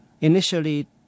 Initially